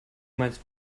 meinst